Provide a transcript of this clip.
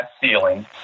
ceiling